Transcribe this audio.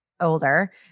older